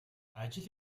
ажил